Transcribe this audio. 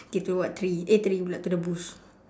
okay to the what tree eh tree pula to the bush